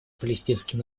палестинским